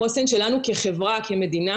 החוסן שלנו כחברה כמדינה,